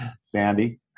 Sandy